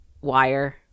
Wire